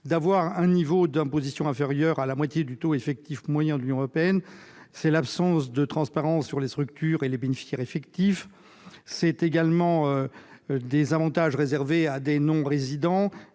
: avoir un niveau d'imposition inférieur à la moitié du taux effectif moyen de l'Union européenne ; présenter une absence de transparence quant aux structures et aux bénéficiaires effectifs ; réserver des avantages fiscaux à des non-résidents